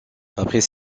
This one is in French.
après